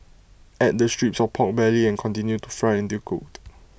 add the strips of Pork Belly and continue to fry until cooked